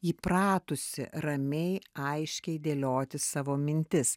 įpratusi ramiai aiškiai dėlioti savo mintis